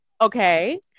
Okay